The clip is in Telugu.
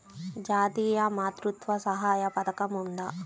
జాతీయ మాతృత్వ సహాయ పథకం ఉందా?